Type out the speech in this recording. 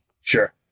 Sure